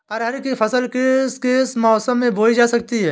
अरहर की फसल किस किस मौसम में बोई जा सकती है?